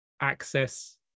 access